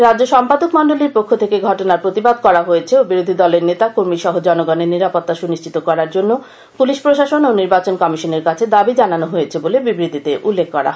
রাজ্য সম্পাদক মন্ডলীর পক্ষ থেকে ঘটনার প্রতিবাদ করা হয়েছে ও বিরোধী দলের নেতা কর্মী সহ জনগণের নিরাপত্তা সুনিশ্চিত করার জন্য পুলিশ প্রশাসন ও নির্বাচন কমিশনের কাছে দাবী জানানো হয়েছে বলে বিবৃতিতে উল্লেখ করা হয়েছে